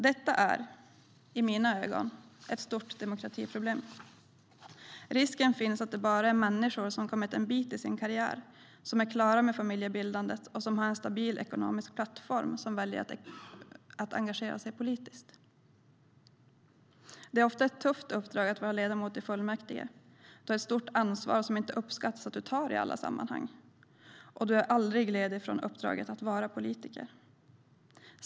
Detta är, i mina ögon, ett stort demokratiproblem. Risken finns att det bara är människor som har kommit en bit i sin karriär, som är klara med familjebildandet och som har en stabil ekonomisk plattform som väljer att engagera sig politiskt. Det är ofta ett tufft uppdrag att vara ledamot i fullmäktige, och du har ett stort ansvar som inte alltid uppskattas att du tar i alla sammanhang. Du är aldrig ledig från uppdraget att vara politiker.